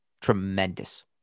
Tremendous